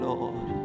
Lord